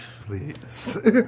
Please